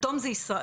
הכתום זה ישראל,